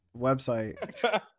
website